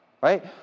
right